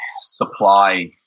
supply